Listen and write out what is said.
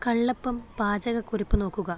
കള്ളപ്പം പാചക കുറിപ്പ് നോക്കുക